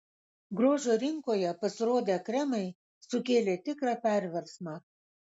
grožio rinkoje pasirodę kremai sukėlė tikrą perversmą